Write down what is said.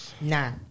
Nah